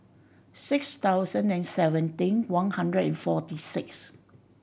six thousand and seventeen one hundred and forty six